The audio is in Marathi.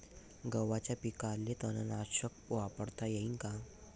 गव्हाच्या पिकाले तननाशक वापरता येईन का?